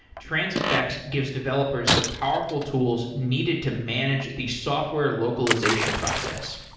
transifex gives developers the powerful tools needed to manage the software localization process.